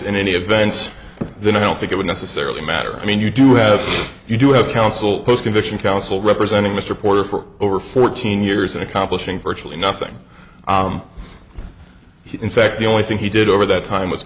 in any event then i don't think it would necessarily matter i mean you do have you do have counsel postcondition counsel representing mr porter for over fourteen years and accomplishing virtually nothing in fact the only thing he did over that time was